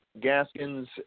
Gaskins